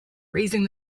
raising